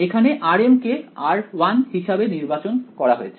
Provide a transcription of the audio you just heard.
এখানে rm কে r1 হিসেবে নির্বাচন করা হয়েছে